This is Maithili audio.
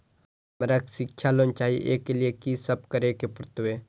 हमरा शिक्षा लोन चाही ऐ के लिए की सब करे परतै?